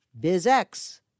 BizX